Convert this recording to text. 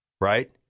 right